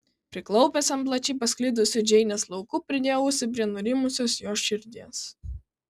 priklaupęs ant plačiai pasklidusių džeinės plaukų pridėjo ausį prie nurimusios jos širdies